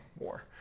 more